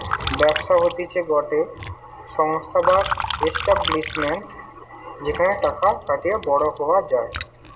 ব্যবসা হতিছে গটে সংস্থা বা এস্টাব্লিশমেন্ট যেখানে টাকা খাটিয়ে বড়ো হওয়া যায়